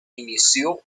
inició